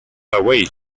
away